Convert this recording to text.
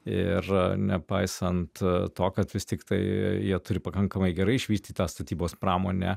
ir nepaisant to kad vis tiktai jie turi pakankamai gerai išvystytą statybos pramonę